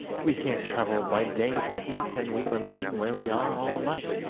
we can't travel by day for the heat, and we remain where we are all night.